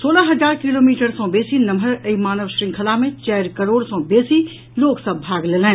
सोलह हजार किलोमीटर सँ बेसी नम्हर एहि मानव श्रृंखला मे चारि करोड़ सँ बेसी लोक सभ भाग लेलनि